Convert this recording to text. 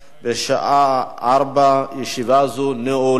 בשעה 16:00. ישיבה זו נעולה.